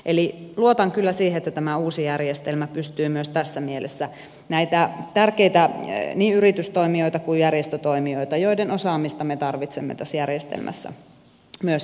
eli luotan kyllä siihen että tämä uusi järjestelmä pystyy myös tässä mielessä huomioimaan näitä tärkeitä niin yritystoimijoita kuin järjestötoimijoita joiden osaamista me tarvitsemme tässä järjestelmässä myös jatkossa